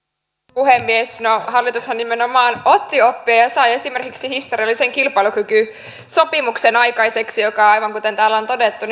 puhemies no hallitushan nimenomaan otti oppia ja ja sai esimerkiksi historiallisen kilpailukykysopimuksen aikaiseksi joka aivan kuten täällä on todettu